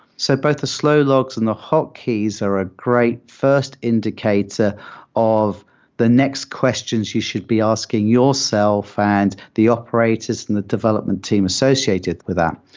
so both the slow logs and the hot keys are a great first indicator of the next questions you should be asking yourself and the operators and the development team associated with that.